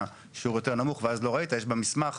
במסמך